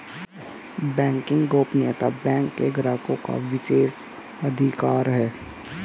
banking गोपनीयता bank के ग्राहकों का विशेषाधिकार है